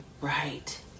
right